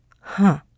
Huh